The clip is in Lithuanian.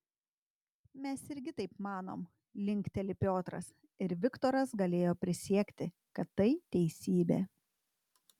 mes irgi taip manom linkteli piotras ir viktoras galėjo prisiekti kad tai teisybė